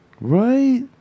right